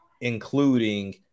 including